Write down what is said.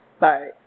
bye